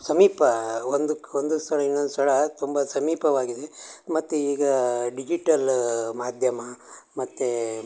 ಸಮೀಪ ಒಂದಕ್ಕೆ ಒಂದು ಸ್ಥಳ ಇನ್ನೊಂದು ಸ್ಥಳ ತುಂಬ ಸಮೀಪವಾಗಿದೆ ಮತ್ತು ಈಗ ಡಿಜಿಟಲ್ಲ ಮಾಧ್ಯಮ ಮತ್ತು